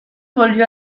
volvió